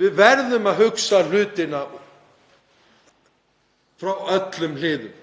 Við verðum að hugsa hlutina frá öllum hliðum.